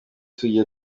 sugira